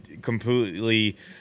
completely